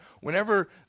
Whenever